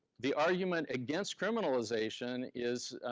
the argument against criminalization is,